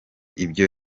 ibyo